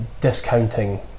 discounting